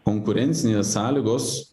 konkurencinės sąlygos